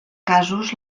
casos